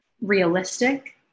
realistic